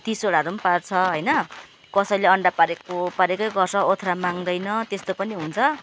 तिसवटाहरू पार्छ होइन कसैले अन्डा पारेको पारेकै गर्छ ओथ्रा माग्दैन त्यस्तो पनि हुन्छ